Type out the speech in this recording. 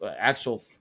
actual